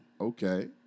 Okay